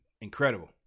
incredible